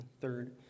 third